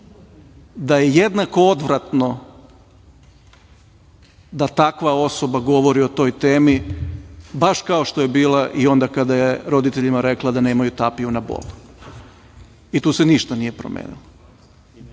da je jednako odvratno da takva osoba govori o toj temi baš kao što je bila i onda kada je roditeljima rekla da nemaju tapiju na bol i tu se ništa nije promenilo. Zaista